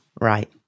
Right